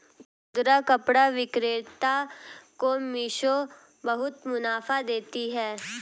खुदरा कपड़ा विक्रेता को मिशो बहुत मुनाफा देती है